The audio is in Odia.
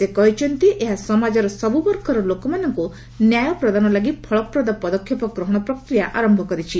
ସେ କହିଛନ୍ତି ଏହା ସମାଜର ସବୁ ବର୍ଗର ଲୋକମାନଙ୍କୁ ନ୍ୟାୟପ୍ରଦାନ ଲାଗି ଫଳପ୍ରଦ ପଦକ୍ଷେପ ଗ୍ରହଣ ପ୍ରକ୍ରିୟା ଆରମ୍ଭ କରିଛି